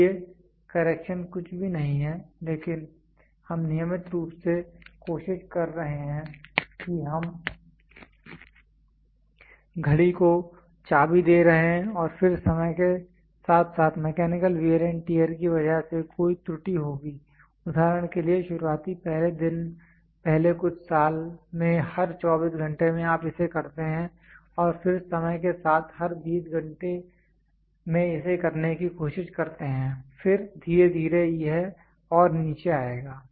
इसलिए करेक्शन कुछ भी नहीं है लेकिन हम नियमित रूप से कोशिश कर रहे हैं कि हम घड़ी को चाबी दे रहे हैं और फिर समय के साथ साथ मैकेनिकल वेयर एंड टियर की वजह से कोई त्रुटि होगी उदाहरण के लिए शुरुआती पहले दिन पहले कुछ साल में हर 24 घंटे में आप इसे करते हैं और फिर समय के साथ हर 20 घंटे में इसे करने की कोशिश करते हैं फिर धीरे धीरे यह और नीचे आएगा